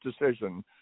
decision